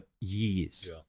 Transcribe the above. years